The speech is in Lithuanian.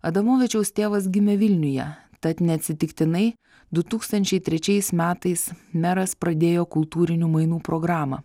adamovičiaus tėvas gimė vilniuje tad neatsitiktinai du tūkstančiai trečiais metais meras pradėjo kultūrinių mainų programą